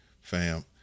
fam